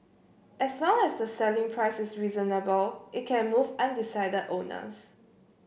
as long as the selling prices is reasonable it can move undecided owners